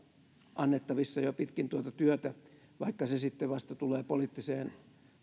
annettavissa jo pitkin tuota työtä vaikka se tulee poliittiseen